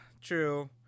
true